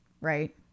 Right